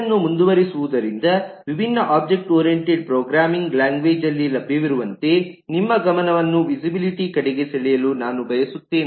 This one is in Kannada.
ಇದನ್ನು ಮುಂದುವರಿಸುವುದರಿಂದ ವಿಭಿನ್ನ ಒಬ್ಜೆಕ್ಟ್ ಓರಿಯಂಟೆಡ್ ಪ್ರೋಗ್ರಾಮಿಂಗ್ ಲ್ಯಾಂಗ್ವೇಜ್ಅಲ್ಲಿ ಲಭ್ಯವಿರುವಂತೆ ನಿಮ್ಮ ಗಮನವನ್ನು ವಿಸಿಬಿಲಿಟಿ ಕಡೆಗೆ ಸೆಳೆಯಲು ನಾನು ಬಯಸುತ್ತೇನೆ